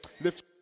Lift